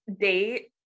date